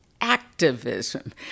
activism